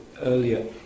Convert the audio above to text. earlier